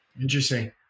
Interesting